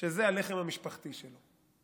שזה הלחם המשפחתי שלו.